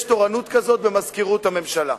יש תורנות כזאת במזכירות הממשלה.